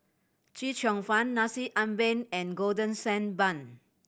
Chee Cheong Fun Nasi Ambeng and Golden Sand Bun